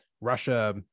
Russia